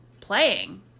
playing